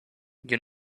you